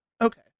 Okay